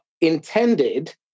intended